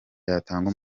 yatanga